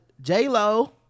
j-lo